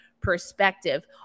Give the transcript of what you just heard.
perspective